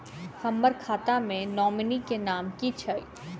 हम्मर खाता मे नॉमनी केँ नाम की छैय